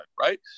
right